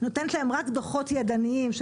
נותנת להם רק דוחות ידניים.